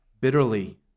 bitterly